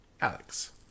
Alex